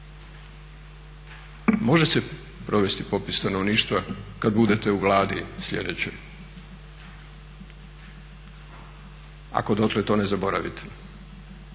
može se provesti popis stanovništva kad budete u Vladi slijedeće, ako dotle to ne zaboravite.